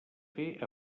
fer